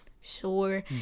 sure